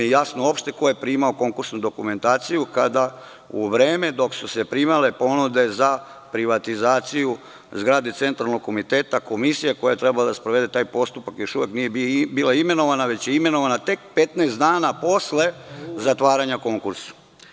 jasno uopšte ko je primao konkursnu dokumentaciju, kada u vreme dok su se primale ponude za privatizaciju zgrade Centralnog komiteta, komisija koja je trebalo da sprovede taj postupak još uvek nije bila imenovana, već je imenovana tek 15 dana posle zatvaranja konkursa.